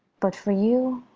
but for you,